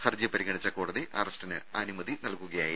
ഹർജി പരിഗണിച്ച കോടതി അറസ്റ്റിന് അനുമതി നൽകുകയായിരുന്നു